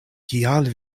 kial